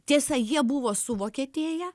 tiesa jie buvo suvokietėję